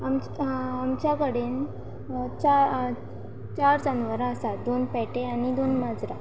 आमच्या कडेन चार जानवरां आसात दोन पेटे आनी दोन माजरां